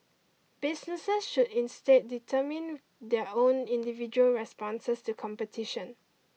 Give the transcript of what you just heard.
businesses should instead determine their own individual responses to competition